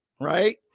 right